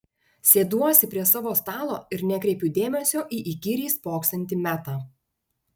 sėduosi prie savo stalo ir nekreipiu dėmesio į įkyriai spoksantį metą